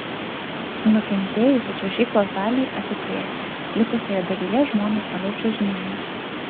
nukentėjusią čiuožyklos dalį atitvėrė likusioje dalyje žmonės toliau čiuožinėjo